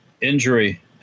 injury